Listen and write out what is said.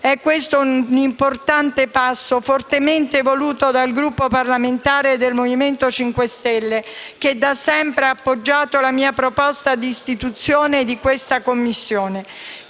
È questo un passo importante, fortemente voluto dal Gruppo parlamentare del Movimento 5 Stelle che da sempre ha appoggiato la mia proposta di istituzione di questa Commissione.